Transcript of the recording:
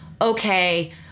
okay